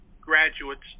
graduates